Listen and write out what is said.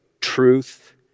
truth